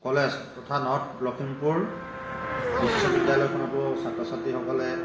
college তথা north Lakhimpur বিশ্ববিদ্যালয়খনতো ছাত্ৰ ছাত্ৰীসকলে